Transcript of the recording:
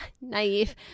naive